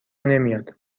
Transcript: نمیاد